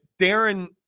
darren